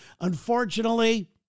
Unfortunately